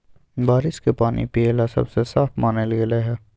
बारिश के पानी पिये ला सबसे साफ मानल गेलई ह